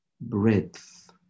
breadth